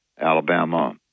Alabama